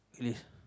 yes